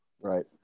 Right